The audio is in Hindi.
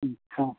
अच्छा